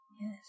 Yes